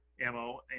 ammo